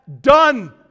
Done